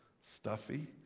stuffy